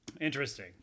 interesting